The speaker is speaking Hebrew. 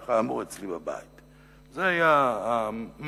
כך אמרו אצלי בבית, זו היתה המנטרה.